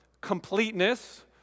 completeness